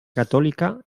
catòlica